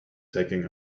taking